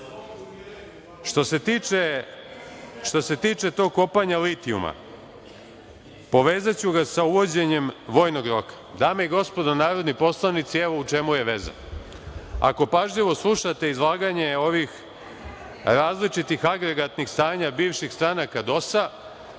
se tiče kopanja litijuma, povezaću ga sa uvođenjem vojnog roka. Dame i gospodo narodni poslanici, evo u čemu je veza. Ako pažljivo slušate izlaganje ovih različitih agregatnih stanja bivših stranaka